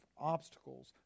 obstacles